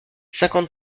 cinquante